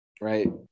right